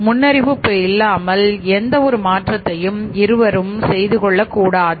முன்னறிவிப்பு இல்லாமல் எந்த ஒரு மாற்றத்தையும் இருவரும் செய்து கொள்ளக்கூடாது